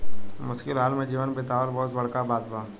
मुश्किल हाल में जीवन बीतावल बहुत बड़का बात बा